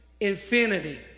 infinity